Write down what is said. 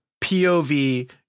POV